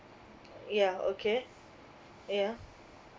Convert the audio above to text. yeah okay yeah